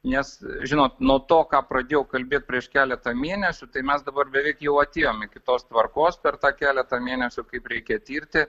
nes žinot nuo to ką pradėjau kalbėt prieš keletą mėnesių tai mes dabar beveik jau atėjom iki tos tvarkos per tą keletą mėnesių kaip reikia tirti